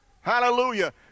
hallelujah